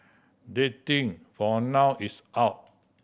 dating for now is out